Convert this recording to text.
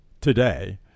today